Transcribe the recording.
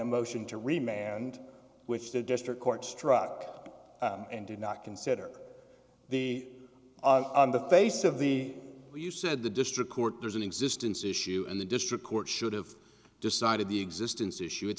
a motion to remain and which the district court struck and did not consider the on the face of the you said the district court there's an existence issue in the district court should have decided the existence issue it